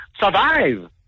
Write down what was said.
survive